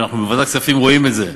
ואנחנו בוועדת כספים רואים את זה,